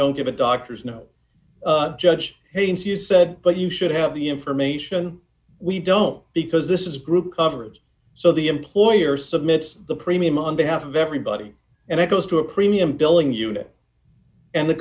don't give a doctor's note judge haynes you said but you should have the information we don't because this is group coverage so the employer submits the premium on behalf of everybody and it goes to a premium billing unit and the